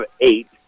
eight